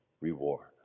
reward